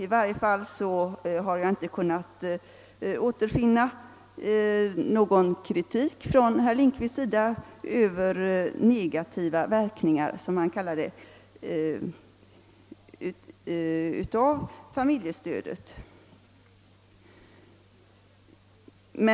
I varje fall har jag inte kunnat återfinna någon kritik från honom rörande negativa verkningar — som han kallar det — av familjestödet.